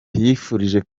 yifurije